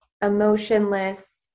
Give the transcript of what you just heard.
emotionless